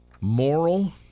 moral